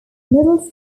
middle